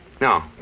No